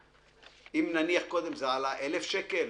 אם נניח קודם זה עלה 1,000 שקל,